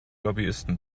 lobbyisten